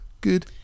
Good